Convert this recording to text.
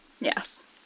Yes